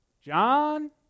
John